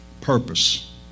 purpose